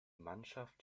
mannschaft